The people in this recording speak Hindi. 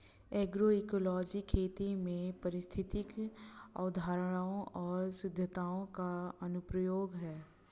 एग्रोइकोलॉजी खेती में पारिस्थितिक अवधारणाओं और सिद्धांतों का अनुप्रयोग है